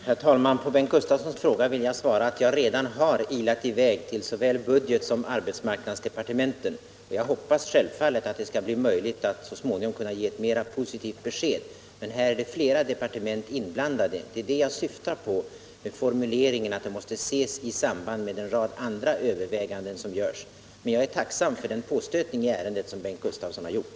Herr talman! På Bengt Gustavssons fråga vill jag svara att jag redan har ilat i väg till såväl budgetsom arbetsmarknadsdepartementen. Jag hoppas självfallet att det skall kunna bli möjligt att så småningom ge ett mera positivt besked. Men här är flera departement inblandade. Det är detta jag syftar på med formuleringen att ärendet måste ses i samband med en rad andra överväganden som görs, men jag är tacksam för den påstötning i ärendet som Bengt Gustavsson har gjort.